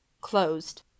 closed